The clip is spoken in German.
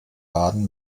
baden